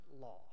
law